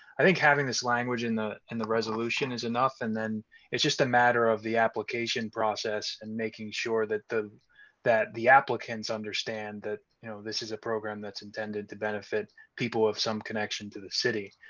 i think having this language in the and the resolution is enough, and then it's just a matter of the application process and making sure that the that the applicants understand that you know this is a program that's intended to benefit people of some connection to the city.